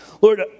Lord